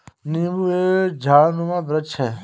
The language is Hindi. नींबू एक झाड़नुमा वृक्ष है